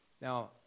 Now